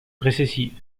récessive